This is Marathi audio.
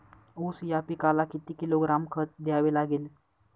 ऊस या पिकाला किती किलोग्रॅम खत द्यावे लागेल?